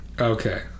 Okay